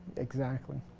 exactly.